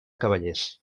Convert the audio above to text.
cavallers